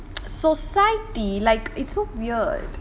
society like it's so weird